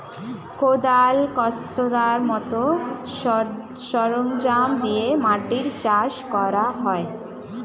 কোদাল, কাস্তের মত সরঞ্জাম দিয়ে মাটি চাষ করা হয়